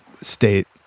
state